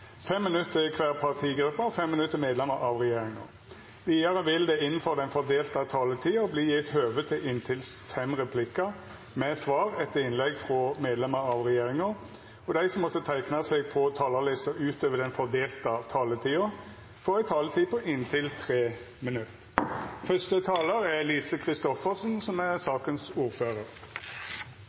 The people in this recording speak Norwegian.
minutt til kvar partigruppe og 3 minutt til medlemer av regjeringa. Vidare vil det ikkje verta gjeve høve til replikkar, og dei som måtte teikna seg på talarlista utover den fordelte taletida, får også ei taletid på inntil 3 minutt.